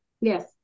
Yes